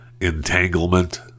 entanglement